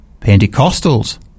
Pentecostals